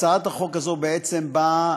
הצעת החוק הזאת בעצם באה